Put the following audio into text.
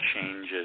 changes